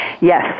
Yes